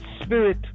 spirit